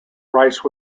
brice